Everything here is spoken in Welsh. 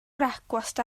brecwast